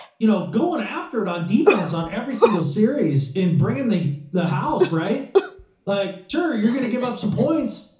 you know going after it on defense, on every single series in bringing the the house, like jury, you're going to give up some points,